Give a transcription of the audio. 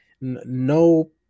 no